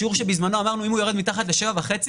השיעור שבזמנו אמרנו שאם הוא יורד מתחת ל-7.5?